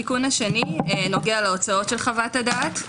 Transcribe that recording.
התיקון השני נוגע להוצאות של חוות הדעת.